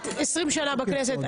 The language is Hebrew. את 20 שנה בכנסת,